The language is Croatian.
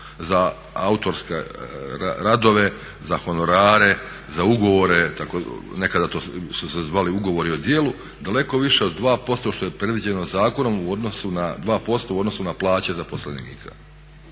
za autorske radovi, za honorare, za ugovore, nekada su se zvali ugovori o djelu, daleko više od 2% što je predviđeno zakonom u odnosu na 2% u odnosu